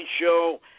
show